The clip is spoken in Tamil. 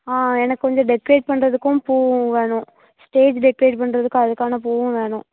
ஆ எனக்கு கொஞ்சம் டெக்ரேட் பண்ணுறதுக்கும் பூவும் வேணும் ஸ்டேஜ் டெக்ரேட் பண்ணுறதுக்கு அதுக்கான பூவும் வேணும்